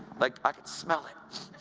like i could smell it.